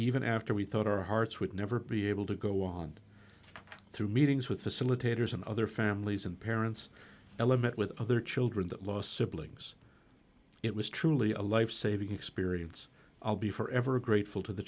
even after we thought our hearts would never be able to go on through meetings with facilitators and other families and parents element with other children that lost siblings it was truly a life saving experience i'll be forever grateful to the